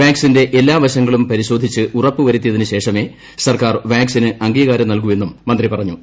വാക്സിന്റെ എല്ലാവശങ്ങളും പരിശോധിച്ച് ഉറപ്പുവരുത്തിയതിനു ശേഷമേ സർക്കാർ വാക്സിന് അംഗ്ലീകാരം നൽകു മന്ത്രി പറഞ്ഞു